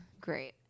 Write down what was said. Great